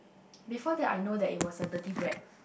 before that I know that it was a dirty bread